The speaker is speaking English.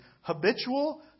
habitual